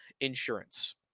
insurance